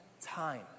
time